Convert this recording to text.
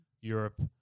europe